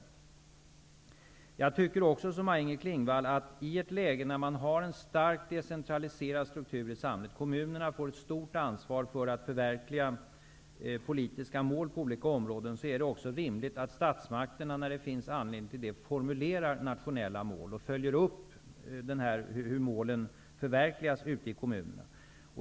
Liksom Maj-Inger Klingvall tycker jag också att i ett läge när man har en starkt decentraliserad struktur i samhället, när kommunerna får ett stort ansvar för att förverkliga politiska mål på olika områden, är det också rimligt att statsmakterna, när det finns anledning till det, formulerar nationella mål och följer upp hur målen förverkligas ute i kommunerna.